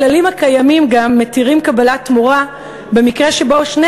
הכללים הקיימים גם מתירים קבלת תמורה במקרה שבו שני